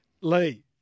Lee